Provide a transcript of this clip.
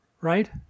right